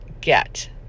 get